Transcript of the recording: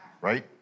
right